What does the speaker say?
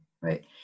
right